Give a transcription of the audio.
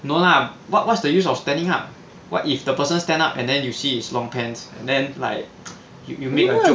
no lah what what's the use of standing up what if the person stand up and then you see his long pants then like you you make a joke